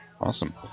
awesome